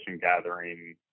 gathering